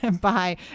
Bye